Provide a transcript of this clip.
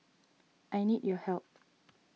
I need your help